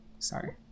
sorry